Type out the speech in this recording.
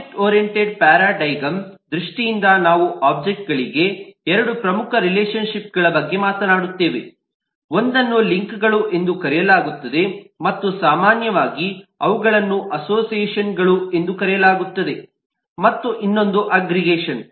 object oriented paradigm ದೃಷ್ಟಿಯಿಂದ ನಾವು object ಗಳಿಗೆ ಎರಡು ಪ್ರಮುಖ ರಿಲೇಶನ್ ಶಿಪ್ಗಳ ಬಗ್ಗೆ ಮಾತನಾಡುತ್ತೇವೆ ಒಂದನ್ನು ಲಿಂಕ್ಗಳು ಎಂದು ಕರೆಯಲಾಗುತ್ತದೆ ಮತ್ತು ಸಾಮಾನ್ಯವಾಗಿ ಅವುಗಳನ್ನು ಅಸೋಸಿಯೇಷನ್ಗಳು ಎಂದೂ ಕರೆಯಲಾಗುತ್ತದೆ ಮತ್ತು ಇನ್ನೊಂದು ಅಗ್ಗ್ರಿಗೇಷನ್